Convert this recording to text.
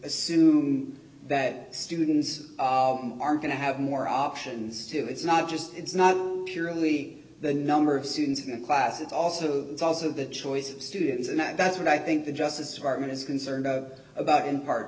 assume that students are going to have more options to it's not just it's not purely the number of students in the class it's also dulls of the choice of students and that's what i think the justice department is concerned about in part